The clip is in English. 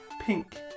Pink